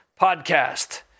Podcast